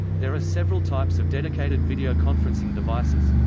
there are several types of dedicated videoconferencing devices